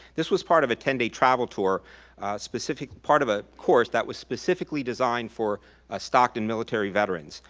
this was part of a ten day travel tour specific part of a course that was specifically designed for ah stockton military veterans.